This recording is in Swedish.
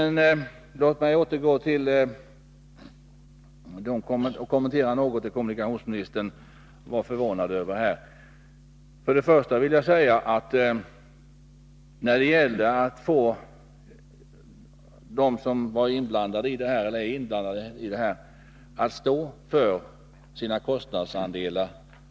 Låt mig något kommentera det som kommunikationsministern sade att han var förvånad över. För det första tillhörde det inte det enklaste att få dem som är inblandade i detta att stå för sina kostnadsandelar.